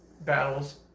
battles